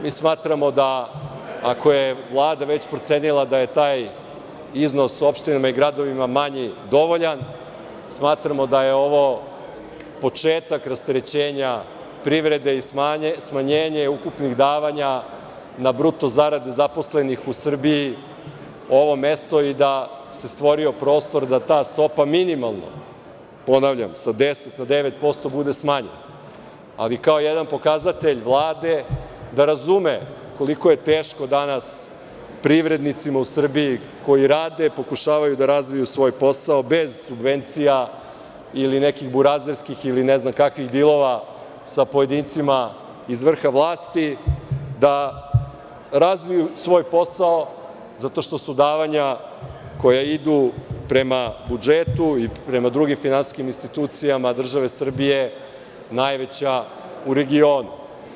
Mi smatramo da ako je Vlada već procenila da je taj iznos opštinama i gradovima manji dovoljan, smatramo da je ovo početak rasterećenja privrede i smanjenje ukupnih davanja na bruto zarade zaposlenih u Srbiji ovo mesto i da se stvorio prostor da ta stopa minimalno, ponavljam, sa 10% na 9%, bude smanjena, ali kao jedan pokazatelj Vlade da razume koliko je teško danas privrednicima u Srbiji koji rade, pokušavaju da razviju svoj posao bez subvencija ili nekih burazerskih ili ne znam kakvih dilova sa pojedincima iz vrha vlasti, da razviju svoj posao zato što su davanja koja idu prema budžetu i prema drugim finansijskim institucijama države Srbije najveća u regionu.